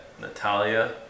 Natalia